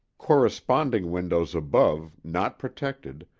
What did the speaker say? corresponding windows above, not protected,